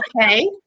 okay